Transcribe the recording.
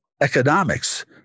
economics